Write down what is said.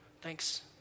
Thanks